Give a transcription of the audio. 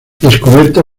descubierta